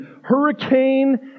hurricane